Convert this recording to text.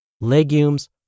legumes